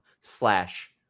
slash